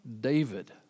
David